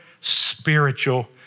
spiritual